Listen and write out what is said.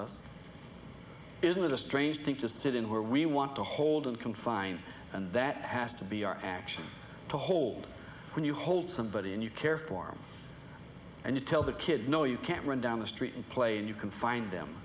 us isn't that a strange thing to sit in where we want to hold him confined and that has to be our action to hold when you hold somebody and you care for me and you tell the kid no you can't run down the street and play and you can find them